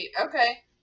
Okay